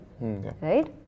Right